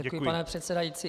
Děkuji, pane předsedající.